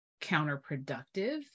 counterproductive